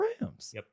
Rams